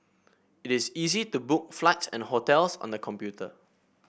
it is easy to book flights and hotels on the computer